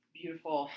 beautiful